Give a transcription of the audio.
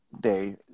day